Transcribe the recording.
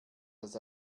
das